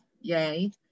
yay